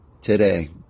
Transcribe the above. today